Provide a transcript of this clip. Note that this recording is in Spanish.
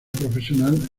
profesional